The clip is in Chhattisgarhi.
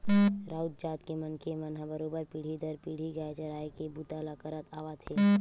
राउत जात के मनखे मन ह बरोबर पीढ़ी दर पीढ़ी गाय चराए के बूता ल करत आवत हे